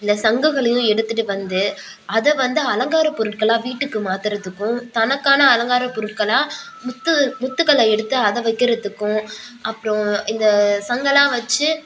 இல்லை சங்குகளையும் எடுத்துகிட்டு வந்து அதை வந்து அலங்காரப் பொருட்களாக வீட்டுக்கு மாற்றுறதுக்கும் தனக்கான அலங்காரப் பொருட்களாக முத்து முத்துக்களை எடுத்து அதை வைக்கிறதுக்கும் அப்புறோம் இந்த சங்கெல்லாம் வைச்சு